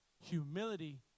Humility